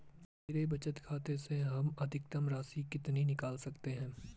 मेरे बचत खाते से हम अधिकतम राशि कितनी निकाल सकते हैं?